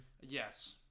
Yes